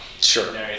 Sure